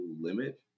limit